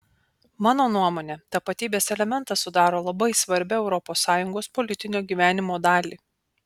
mano nuomone tapatybės elementas sudaro labai svarbią europos sąjungos politinio gyvenimo dalį